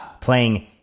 Playing